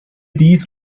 dies